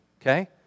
okay